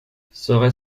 serait